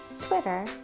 Twitter